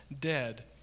dead